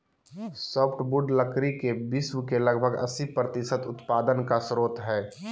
softwood लकड़ी के विश्व के लगभग अस्सी प्रतिसत उत्पादन का स्रोत हइ